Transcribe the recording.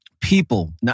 people